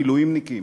מילואימניקים,